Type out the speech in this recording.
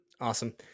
Awesome